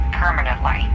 permanently